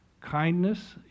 kindness